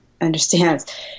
understands